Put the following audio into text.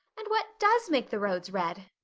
and what does make the roads red?